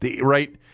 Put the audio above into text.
right